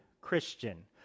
Christian